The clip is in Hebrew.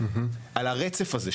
על הרצף הזה,